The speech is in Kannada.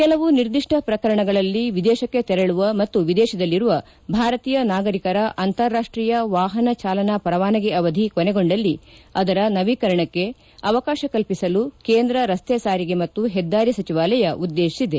ಕೆಲವು ನಿರ್ದಿಷ್ಟ ಪ್ರಕರಣಗಳಲ್ಲಿ ಎದೇಶಕ್ಕೆ ಶೆರಳುವ ಮತ್ತು ಎದೇಶದಲ್ಲಿರುವ ಭಾರತೀಯ ನಾಗರಿಕರ ಅಂತಾರಾಷ್ಟೀಯ ವಾಪನ ಜಾಲನಾ ಪರವಾನಗಿ ಅವಧಿ ಕೊನೆಗೊಂಡಲ್ಲಿ ಅದರ ನವೀಕರಣಕ್ಕೆ ಅವಕಾಶ ಕಲ್ಪಿಸಲು ಕೇಂದ್ರ ರತ್ತೆ ಸಾರಿಗೆ ಮತ್ತು ಹೆದ್ದಾರಿ ಸಚಿವಾಲಯ ಉದ್ದೇಶಿಸಿದೆ